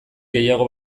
gehiago